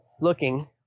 looking